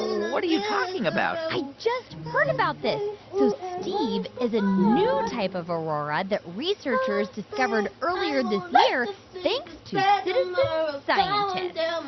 what are you talking about? i just heard about this. so steve is a new type of aurora that researchers discovered earlier this year thanks to citizen scientists.